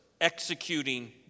executing